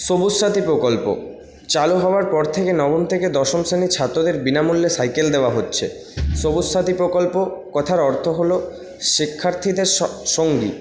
সবুজসাথী প্রকল্প চালু হবার পর থেকে নবম থেকে দশম শ্রেণীর ছাত্রদের বিনামূল্যে সাইকেল দেওয়া হচ্ছে সবুজসাথী প্রকল্প কথার অর্থ হল শিক্ষার্থীদের সঙ্গী